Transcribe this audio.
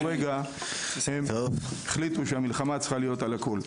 רגע הם החליטו שהמלחמה צריכה להיות על הכול.